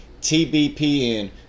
TBPN